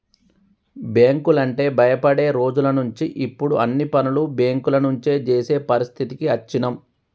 బ్యేంకులంటే భయపడే రోజులనుంచి ఇప్పుడు అన్ని పనులు బ్యేంకుల నుంచే జేసే పరిస్థితికి అచ్చినం